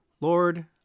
Lord